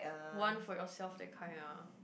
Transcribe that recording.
one for yourself that kind ah